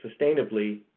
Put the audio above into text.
sustainably